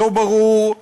לא ברור,